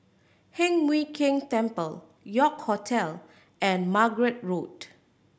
Heng Mui Keng Terrace York Hotel and Margate Road